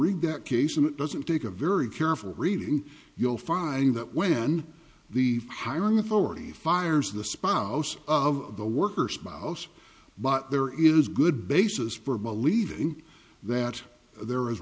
read that case and it doesn't take a very careful reading you'll find that when the hiring authority fires the spouse of the worker spouse but there is good basis for believing that there is